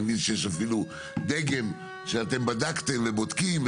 ואני מבין שיש אפילו דגם שבדקתם ובודקים,